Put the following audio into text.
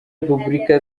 repubulika